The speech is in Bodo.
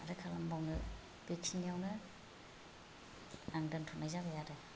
माथो खालामबावनो बेखिनियावनो आं दोनथ'नाय जाबाय आरो